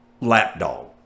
lapdog